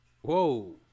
Whoa